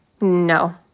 No